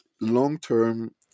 long-term